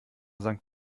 sankt